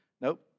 Nope